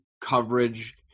coverage